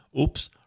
oops